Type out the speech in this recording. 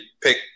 pick